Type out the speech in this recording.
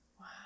Wow